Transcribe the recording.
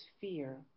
fear